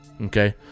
Okay